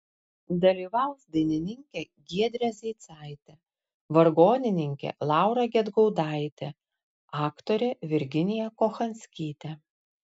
dalyvaus dainininkė giedrė zeicaitė vargonininkė laura gedgaudaitė aktorė virginija kochanskytė